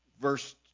verse